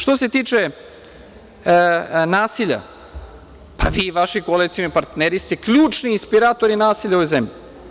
Što se tiče nasilja, pa vi i vaši koalicioni partneri ste ključni inspiratori nasilja u ovoj zemlji.